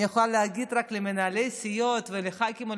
אני יכולה להגיד רק למנהלי הסיעות ולחברי הכנסת,